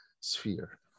sphere